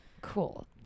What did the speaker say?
Cool